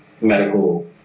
medical